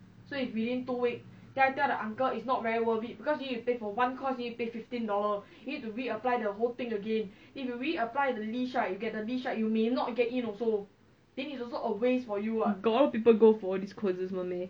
got a lot of people go for all these courses [one] meh